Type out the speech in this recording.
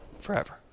forever